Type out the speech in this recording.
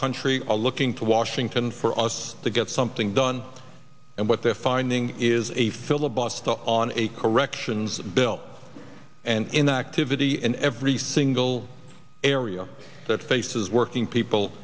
country are looking to washington for us to get something done and what they're finding is a filibuster on a corrections bill and in the activity in every single area that faces working people